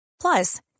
Plus